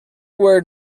word